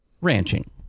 ranching